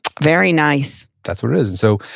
very nice that's what it is. and so